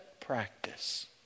practice